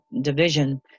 Division